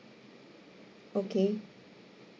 okay